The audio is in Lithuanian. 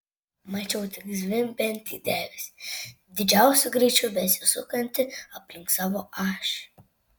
mačiau tik zvimbiantį debesį didžiausiu greičiu besisukantį aplink savo ašį